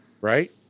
right